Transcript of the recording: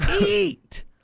eat